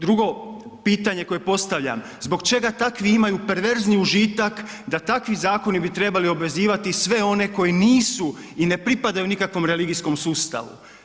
Drugo pitanje koje postavljam, zbog čega takvi imaju perverzni užitak da takvi zakoni bi trebali obvezivati sve one koji nisu i ne pripadaju nikakvom religijskom sustavu.